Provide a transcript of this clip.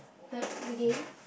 the the game